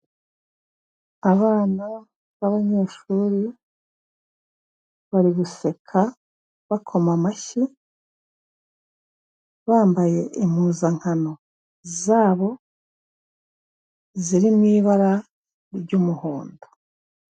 Abana b'abanyeshuri bari guseka bakoma amashyi, bambaye impuzankano zabo ziriw m'ibara ry'umuhondo.